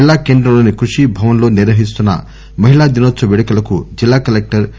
జిల్లా కేంద్రంలోని కృషి భవన్ లో నిర్వహిస్తున్న మహిళా దినోత్సవ పేడుకలకు జిల్లా కలెక్టర్ కె